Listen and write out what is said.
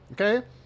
Okay